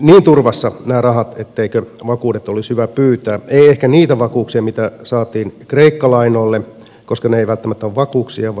niin turvassa etteikö vakuudet olisi hyvä pyytää ei ehkä niitä vakuuksia mitä saatiin kreikka lainoille koska ne eivät välttämä ole vakuuksia vaan johdannaissopimuksia